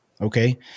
okay